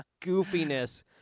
goofiness